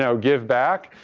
so give back,